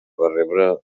rebre